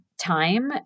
time